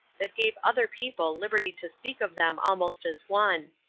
that gave other people liberty to speak of them almost as one.